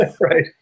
Right